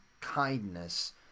kindness